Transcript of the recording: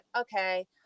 okay